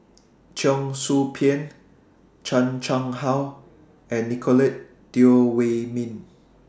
Cheong Soo Pieng Chan Chang How and Nicolette Teo Wei Min